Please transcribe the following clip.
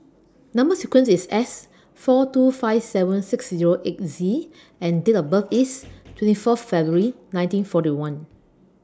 Number sequence IS S four two five seven six Zero eight Z and Date of birth IS twenty four February nineteen forty one